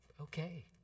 okay